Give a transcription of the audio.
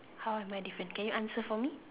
how am I different can you answer for me